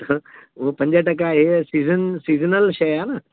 हूंअं पंज टका हे सिज़न सिजनल शइ आहे न